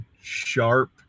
sharp